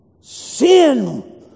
sin